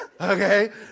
Okay